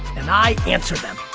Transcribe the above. and i answer them.